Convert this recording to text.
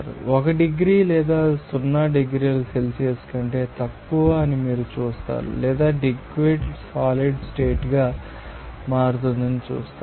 1 degree లేదా 0 డిగ్రీల Celsius కంటే తక్కువ అని మీరు చూస్తారు లేదా లిక్విడ్ సాలిడ్ స్టేట్ గా మారుతుందని మీరు చూస్తారు